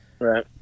right